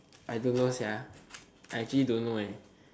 I don't know actually don't know